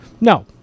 No